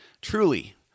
Truly